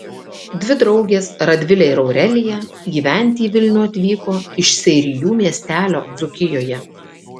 dvi draugės radvilė ir aurelija gyventi į vilnių atvyko iš seirijų miestelio dzūkijoje